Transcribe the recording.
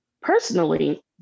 Personally